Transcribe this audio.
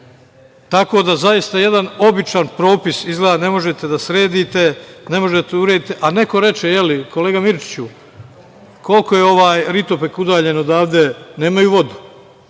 Tako da, zaista, jedan običan propis izgleda ne možete da sredite, ne možete da uredite. A neko reče, kolega Mirčiću, koliko je ovaj Ritopek udaljen odavde, nemaju vodu.